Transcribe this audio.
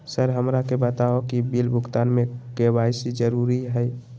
Sir हमरा के बताओ कि बिल भुगतान में के.वाई.सी जरूरी हाई?